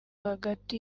hagati